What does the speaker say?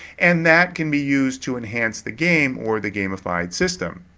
and that can be used to enhance the game or the gamified system.